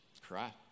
cry